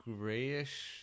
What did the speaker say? grayish